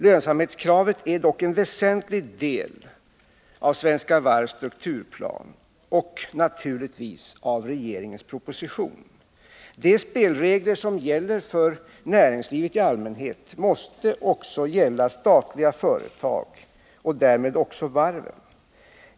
Lönsamhetskravet är dock en väsentlig del av Svenska Varvs strukturplan och, naturligtvis, av regeringens proposition. De spelregler som gäller för näringslivet i allmänhet måste också gälla statliga företag och därmed också varven.